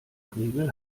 regel